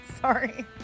sorry